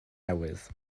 newydd